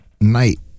night